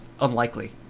unlikely